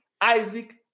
Isaac